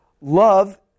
love